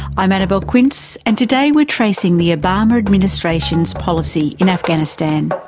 i'm annabelle quince, and today we are tracing the obama administration's policy in afghanistan.